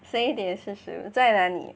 十一点四十五在哪里